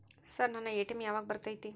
Sir ನನ್ನ ATM ಯಾವಾಗ ಬರತೈತಿ?